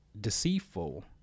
Deceitful